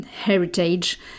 heritage